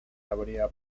habría